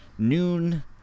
noon